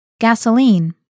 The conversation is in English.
Gasoline